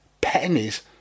pennies